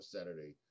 Saturday